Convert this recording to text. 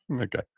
okay